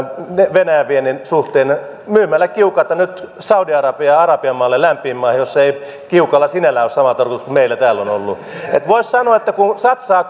venäjän viennin suhteen myymällä kiukaita nyt saudi arabiaan ja arabian maihin lämpimiin maihin joissa ei kiukailla sinällään ole sama tarkoitus kuin meillä täällä on ollut eli voisi sanoa että kun satsaa